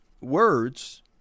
words